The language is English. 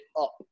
up